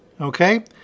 Okay